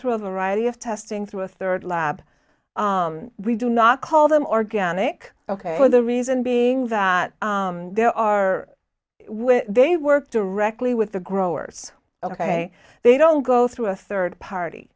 through a variety of testing through a third lab we do not call them organic ok well the reason being that there are they work directly with the growers ok they don't go through a third party